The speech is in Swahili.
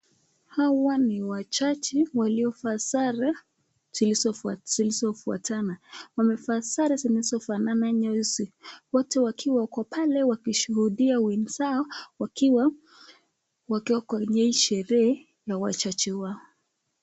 Hawa ni wajaji waliofasara zilizofuatana wamevaa sare zilizofanana nyeusi , wote wakiwa pale wakishuhudia wakiwa kwenye ile sherehe na hawajajua.